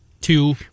two